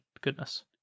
goodness